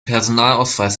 personalausweis